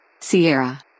Sierra